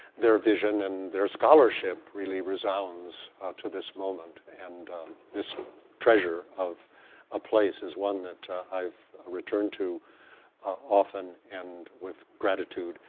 their vision, and their scholarship really resounds to this moment, and this treasure of a place is one that i've returned to often, and with gratitude,